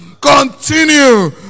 continue